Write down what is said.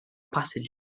passengers